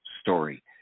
story